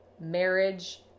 marriage